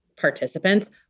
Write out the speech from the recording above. participants